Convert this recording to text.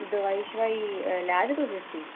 दबाई शबाई लैऽ दे तुस इसदी